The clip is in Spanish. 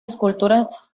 esculturas